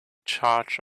charge